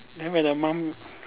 then when the mum